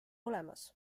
olemas